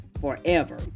forever